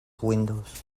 windows